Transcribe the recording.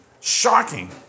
Shocking